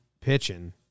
Pitching